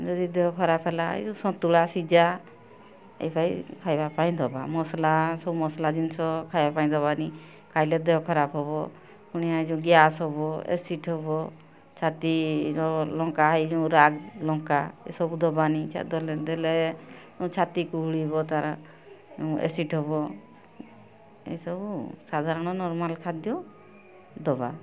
ଯଦି ଦେହ ଖରାପ ହେଲା ଏ ଯେଉଁ ସନ୍ତୁଳା ସିଝା ଏ ପାଇ ଖାଇବା ପାଇଁ ଦେବା ମସଲା ସବୁ ମସଲା ଜିନିଷ ଖାଇବା ପାଇଁ ଦେବାନି ଖାଇଲେ ଦେହ ଖରାପ ହେବ ପୁଣି ଯେଉଁ ଗ୍ୟାସ୍ ହେବ ଏସିଡ଼୍ ହେବ ଛାତିର ଲଙ୍କା ଏ ଯେଉଁ ଲଙ୍କା ଏସବୁ ଦେବାନି ଦେଲେ ଛାତିକୁ ଏସିଡ଼୍ ହେବ ଏସବୁ ସାଧାରଣ ନର୍ମାଲ୍ ଖାଦ୍ୟ ଦେବା